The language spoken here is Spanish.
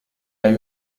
hay